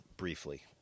Briefly